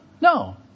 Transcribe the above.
No